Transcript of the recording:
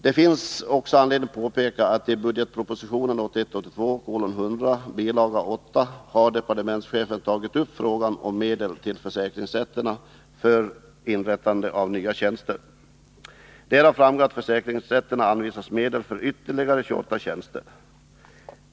Det finns kanske också anledning påpeka att departementschefen i budgetpropositionen 1981/82:100, bilaga 8, har tagit upp frågan om medel till försäkringsrätterna för inrättande av nya tjänster. Därav framgår att försäkringsrätterna anvisas medel för ytterligare 28 tjänster.